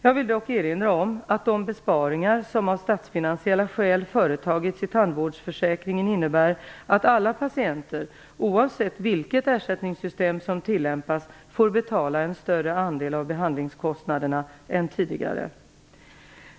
Jag vill dock erinra om att de besparingar som av statsfinansiella skäl företagits i tandvårdsförsäkringen innebär att alla patienter, oavsett vilket ersättningssystem som tillämpas, får betala en större andel av behandlingskostnaderna än tidigare.